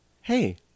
hey